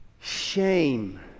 Shame